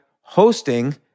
hosting